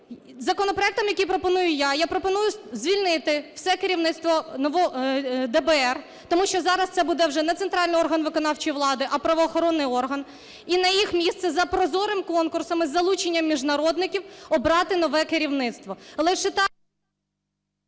Законопроектом, який пропоную я, я пропоную звільнити все керівництво ДБР, тому що зараз це буде вже не центральний орган виконавчої влади, а правоохоронний орган і на їх місце за прозорим конкурсом із залученням міжнародників обрати нове керівництво.